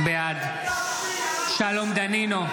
בעד שלום דנינו,